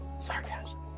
Sarcasm